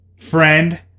friend